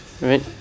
Right